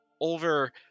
over